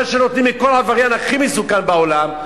מה שנותנים לכל עבריין הכי מסוכן בעולם?